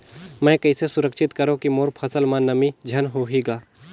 मैं कइसे सुरक्षित करो की मोर फसल म नमी झन होही ग?